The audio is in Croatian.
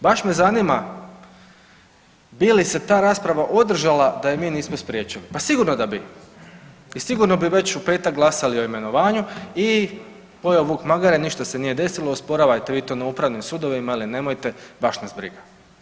Baš me zanima bi li se ta rasprava održala, a je mi nismo spriječili, pa sigurno da bi i sigurno bi već u petak glasali o imenovanju i pojeo vuk magare, ništa se nije desilo, osporavajte vi to na upravnim sudovima ili nemojte, baš nas briga.